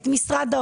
את בנק ישראל,